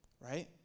Right